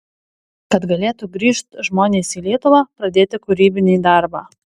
kad galėtų grįžt žmonės į lietuvą pradėti kūrybinį darbą